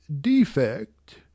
defect